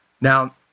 Now